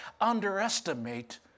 underestimate